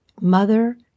mother